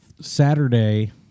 Saturday